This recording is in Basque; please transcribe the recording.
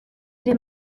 ere